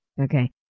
Okay